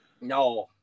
No